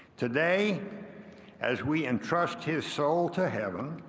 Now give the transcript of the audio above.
today as we entrust his soul to heaven,